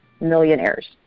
millionaires